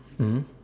mmhmm